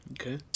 Okay